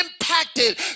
impacted